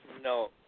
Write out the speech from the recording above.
No